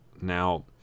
Now